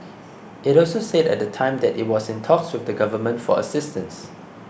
it also said at the time that it was in talks with the Government for assistance